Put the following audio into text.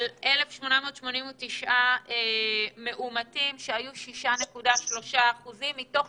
על 1,889 מאומתים, שהיו 6.3% מתוך